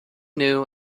new